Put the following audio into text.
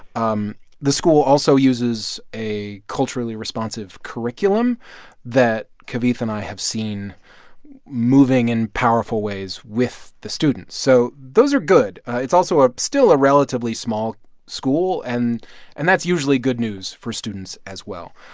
um the school also uses a culturally responsive curriculum that kavitha and i have seen moving in powerful ways with the students. so those are good. it's also a still a relatively small school. and and that's usually good news for students as well.